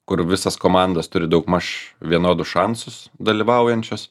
kur visos komandos turi daugmaž vienodus šansus dalyvaujančios